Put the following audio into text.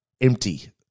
empty